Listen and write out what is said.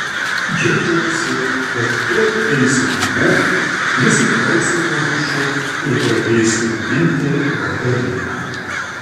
džiaugiausi kad tuoj eisiu namo nusiprausiu po dušu ir pradėsiu gaminti vakarienę